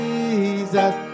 Jesus